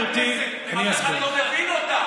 אף אחד לא מבין אותה.